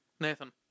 Nathan